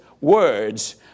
words